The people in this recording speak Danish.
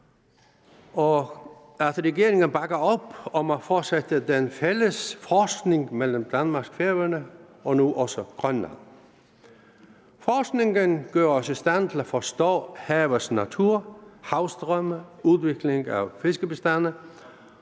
for, at regeringen bakker op om at fortsætte den fælles forskning mellem Danmark og Færøerne og nu også Grønland. Forskningen gør os i stand til at forstå havets natur, havstrømme, udvikling af fiskebestande